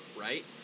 right